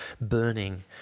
burning